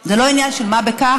זה לא עניין של מה בכך,